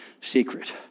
secret